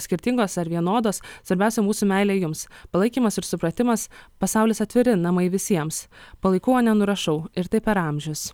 skirtingos ar vienodos svarbiausia mūsų meilė jums palaikymas ir supratimas pasaulis atviri namai visiems palaikau o ne nurašau ir taip per amžius